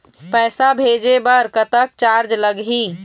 पैसा भेजे बर कतक चार्ज लगही?